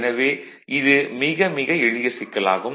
எனவே இது மிக மிக எளிய சிக்கல் ஆகும்